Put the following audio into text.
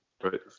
Right